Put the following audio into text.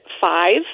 five